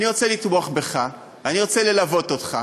אני רוצה לתמוך בך, אני רוצה ללוות אותך.